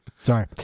Sorry